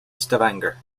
stavanger